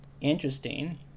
interesting